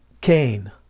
Cain